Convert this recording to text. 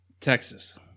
Texas